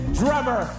drummer